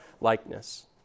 likeness